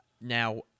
Now